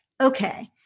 okay